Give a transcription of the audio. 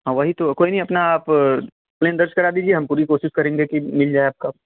हाँ वही तो कोई नहीं अपना आप कंप्लेन दर्ज करा दीजिए हम पूरी कोशिश करेंगे की मिल जाए आपका